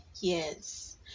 yes